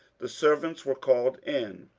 the servants were called in,